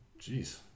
jeez